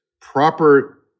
proper